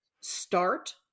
start